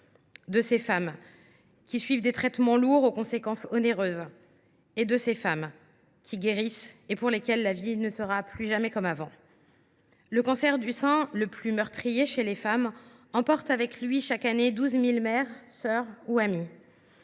de ces femmes qui suivent des traitements lourds aux conséquences onéreuses ; de ces femmes qui guérissent et pour lesquelles la vie ne sera plus jamais comme avant. Le cancer du sein, le plus meurtrier chez les femmes, emporte avec lui chaque année 12 000 mères, sœurs ou amies.